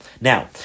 Now